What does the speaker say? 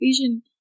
vision